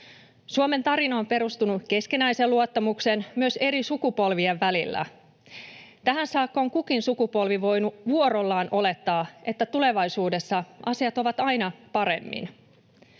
Suomen tarina on perustunut keskinäiseen luottamukseen myös eri sukupolvien välillä. Tähän saakka on kukin sukupolvi voinut vuorollaan olettaa, että tulevaisuudessa asiat ovat aina paremmin.